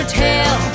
tell